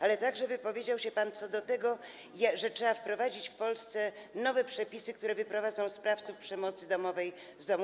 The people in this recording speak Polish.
Ale także wypowiedział się pan co do tego, że trzeba wprowadzić w Polsce nowe przepisy, które wyprowadzą sprawców przemocy domowej z domów.